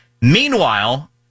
Meanwhile